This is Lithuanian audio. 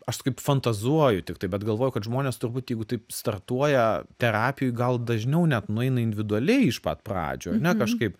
aš kaip fantazuoju tiktai bet galvoju kad žmonės turbūt jeigu taip startuoja terapijoj gal dažniau net nueina individualiai iš pat pradžių ane kažkaip